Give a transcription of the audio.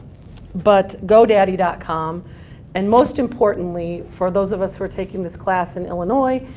but godaddy dot com and most importantly, for those of us who are taking this class in illinois,